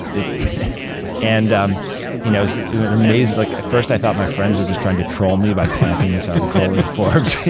and um you know was amazed. like at first i thought my friends were just trying to troll me by planting this article in forbes.